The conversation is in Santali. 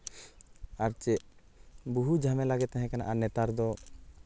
ᱟᱨ ᱪᱮᱫ ᱵᱚᱦᱩ ᱡᱷᱟᱢᱮᱞᱟ ᱜᱮ ᱛᱟᱦᱮᱠᱟᱱᱟ ᱟᱨ ᱱᱮᱛᱟᱨ ᱫᱚ